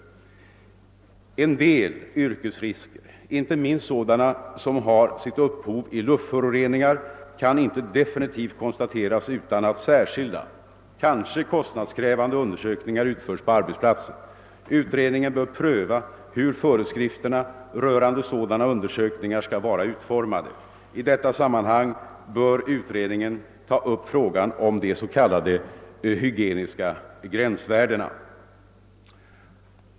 En del yrkesrisker, inte minst sådana som har sitt upphov i luftföroreningar, kan inte definitivt konstateras utan att särskilda, kanske kostnadskrävande undersökningar utförs på arbetsplatsen. Utredningen bör pröva hur föreskrifterna rörande sådana undersökningar skall vara utformade. I detta sammanhang bör utredningen ta upp frågan om de s.k. hygieniska gränsvärdena.